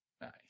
nice